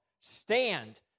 Stand